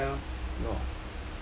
what the hell